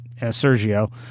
Sergio